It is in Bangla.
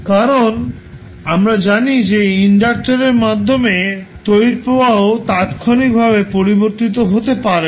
কারণ আমরা জানি যে ইন্ডাক্টার মাধ্যমে তড়িৎ প্রবাহ তাত্ক্ষণিকভাবে পরিবর্তিত হতে পারে না